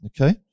okay